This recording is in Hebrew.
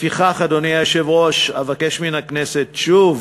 לפיכך, אדוני היושב-ראש, אבקש מן הכנסת שוב